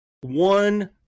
one